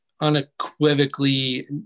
unequivocally